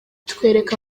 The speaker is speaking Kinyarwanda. twereke